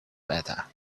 better